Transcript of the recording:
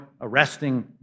arresting